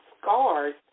scars